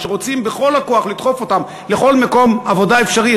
ושרוצים בכל הכוח לדחוף אותם לכל מקום עבודה אפשרי,